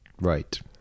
right